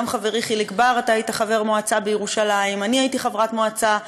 גם חברי חיליק בר, אתה היית חבר מועצה בירושלים,